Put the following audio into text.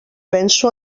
penso